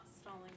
stalling